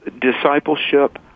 discipleship